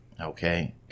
Okay